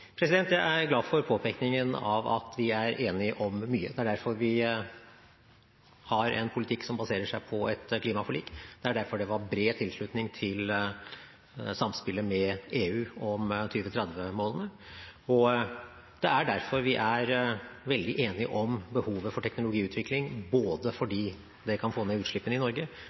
Jeg er glad for påpekningen av at vi er enige om mye. Det er derfor vi har en politikk som baserer seg på et klimaforlik, det er derfor det var bred tilslutning til samspillet med EU om 2030-målene, og det er derfor vi er veldig enige om behovet for teknologiutvikling, både fordi det kan få ned utslippene i Norge,